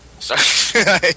Sorry